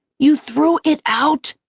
you threw it out!